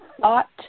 thought